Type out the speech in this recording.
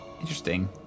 interesting